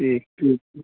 ठीक ठीक छै